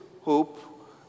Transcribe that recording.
hope